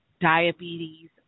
diabetes